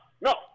no